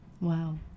Wow